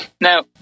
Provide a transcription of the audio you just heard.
now